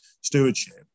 stewardship